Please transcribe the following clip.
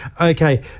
okay